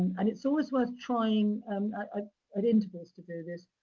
and it's always worth trying ah at intervals to do this,